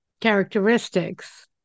characteristics